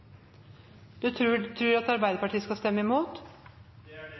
Du tror at Arbeiderpartiet skal stemme imot?